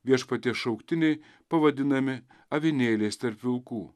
viešpaties šauktiniai pavadinami avinėliais tarp vilkų